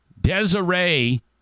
Desiree